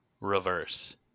Reverse